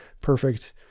perfect